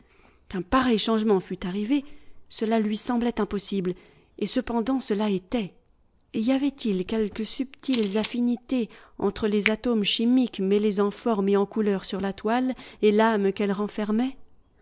qu'un pareil changement fût arrivé cela lui semblait impossible et cependant cela était y avait-il quelques subtiles affinités entre les atomes chimiques mêlés en formes et en couleurs sur la toile et l'âme qu'elle renfermait